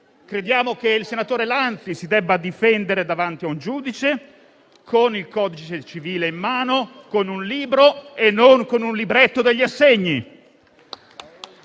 Crediamo che il senatore Lanzi si debba difendere davanti a un giudice, con il codice civile in mano, con un libro, e non con un libretto degli assegni.